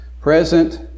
Present